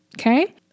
Okay